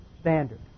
standard